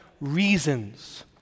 reasons